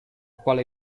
quale